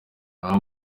ayo